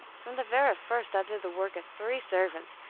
from the very first i did the work of three servants,